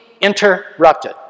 interrupted